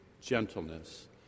gentleness